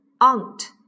Aunt